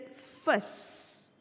first